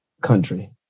country